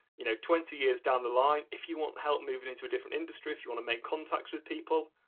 you know, twenty years down the line if you want help moving into a different industry, if you want to make contacts with people,